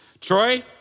Troy